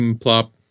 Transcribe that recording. plop